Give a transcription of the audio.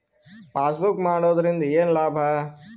Passbook ಮಾಡುದರಿಂದ ಏನು ಲಾಭ?